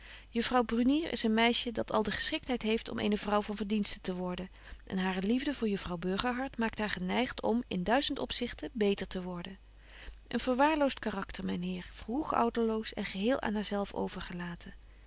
juffrouw brunier is een meisje dat al de geschiktheid heeft om eene vrouw van verdienste te worden en hare liefde voor juffrouw burgerhart maakt haar geneigt om in duizend opzichten beter te worden een verwaarloost karakter myn heer vroeg ouderloos en geheel aan haar zelf overgelaten